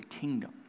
kingdom